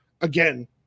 again